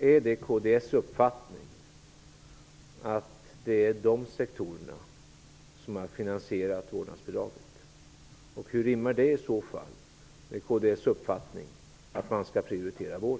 Är det kds uppfattning att de sektorerna har finansierat vårdnadsbidraget? Hur rimmar det i så fall med kds uppfattning att man skall prioritera vården?